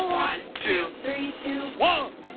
one two. three, two one!